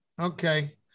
Okay